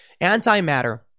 Antimatter